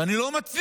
ואני לא מצליח.